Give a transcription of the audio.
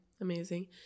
amazing